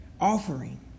offering